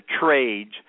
trades